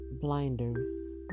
blinders